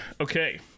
Okay